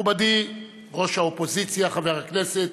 מכובדי ראש האופוזיציה חבר הכנסת